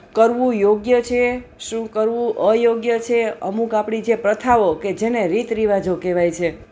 કરવું યોગ્ય છે શું કરવું અયોગ્ય છે અમુક આપણી જે પ્રથાઓ કે જેને રીતરીવાજો કહેવાય છે